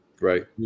Right